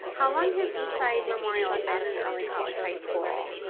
how long has eastside memorial been an early college high school?